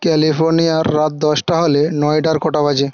ক্যালিফোর্নিয়ার রাত দশটা হলে নয়ডায় কটা বাজে